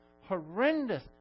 horrendous